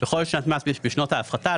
בכל שנת מס בשנות ההפחתה,